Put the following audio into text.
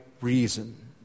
reason